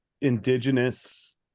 indigenous